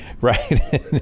right